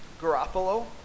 Garoppolo